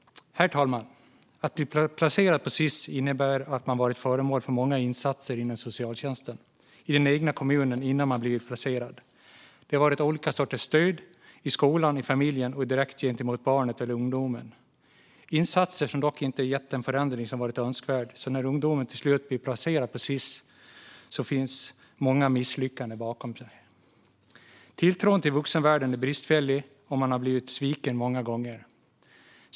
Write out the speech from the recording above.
Herr talman! Att bli placerad på Sis-hem innebär att man varit föremål för många insatser från socialtjänsten i den egna kommunen innan man blivit placerad. Det har varit olika sorters stöd, i skolan, i familjen och direkt gentemot barnet eller ungdomen, insatser som dock inte gett den förändring som varit önskvärd, så när ungdomen till slut blir placerad på ett Sis-hem ligger det många misslyckanden bakom. Tilltron till vuxenvärlden är bristfällig, och man har blivit sviken många gånger.